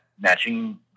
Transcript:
matching